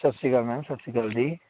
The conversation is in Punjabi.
ਸਤਿ ਸ਼੍ਰੀ ਅਕਾਲ ਮੈਮ ਸਤਿ ਸ਼੍ਰੀ ਅਕਾਲ ਜੀ